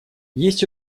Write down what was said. есть